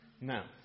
Now